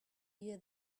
year